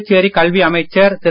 புதுச்சேரி கல்வி அமைச்சர் திரு